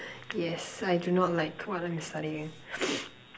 yes I do not like what I'm studying